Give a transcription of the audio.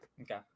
Okay